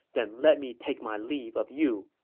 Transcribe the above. then let me take my leave of you,